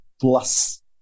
plus